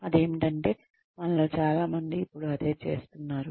అదేమిటంటే మనలో చాలా మంది ఇప్పుడు అదే చేస్తున్నారు